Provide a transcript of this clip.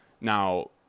Now